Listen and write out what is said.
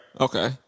Okay